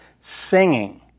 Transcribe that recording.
singing